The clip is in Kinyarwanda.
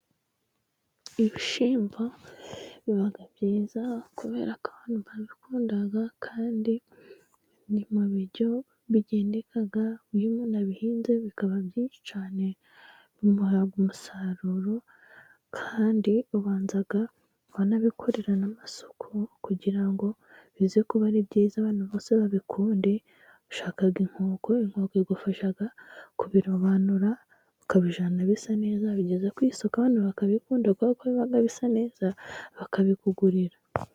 Ibishyimbo biba byiza, kubera ko abantu babikunda kandi no mu biryo bikagendeka, iyo umuntu abihinze bikaba byinshi cyane, bimuha umusaruro, kandi ubanza wanabikorera n'amasuku, kugira ngo bize kuba ari byiza abantu bose babikunde, ushaka inkoko, inkoko igufasha kubirobanura, ukabijyana bisa neza, wabigeza ku isoko abantu bakabikunda kuko biba bisa neza bakabikugurira.